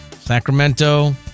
Sacramento